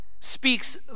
speaks